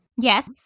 Yes